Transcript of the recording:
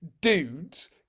dudes